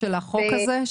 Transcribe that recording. של החוק הזה?